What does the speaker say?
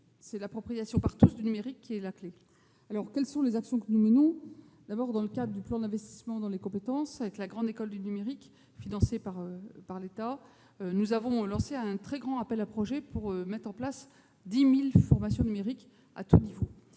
donc l'appropriation par tous du numérique. Quelles sont les actions que menons ? Tout d'abord, dans le cadre du plan d'investissement dans les compétences et de la grande école du numérique financée par l'État, nous avons lancé un grand appel à projets pour mettre en place 10 000 formations numériques à tous niveaux.